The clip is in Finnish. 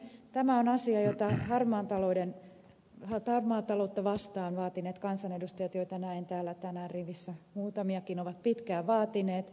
tämä on asia jota toimintaa harmaata taloutta vastaan vaatineet kansanedustajat joita näen täällä tänään rivissä muutamiakin ovat pitkään vaatineet